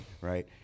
right